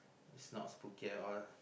is not spooky at all lah